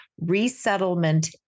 Resettlement